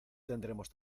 tendremos